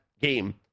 game